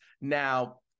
Now